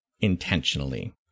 Intentionally